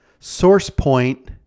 SourcePoint